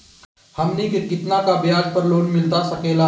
हमनी के कितना का ब्याज पर लोन मिलता सकेला?